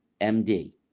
MD